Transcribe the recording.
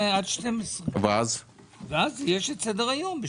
12:00, ואז יש את סדר היום.